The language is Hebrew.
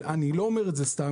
אני לא אומר את זה סתם.